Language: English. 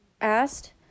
asked